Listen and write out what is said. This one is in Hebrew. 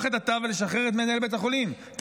את התא ולשחרר את מנהל בית החולים -- תודה רבה.